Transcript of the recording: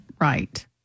right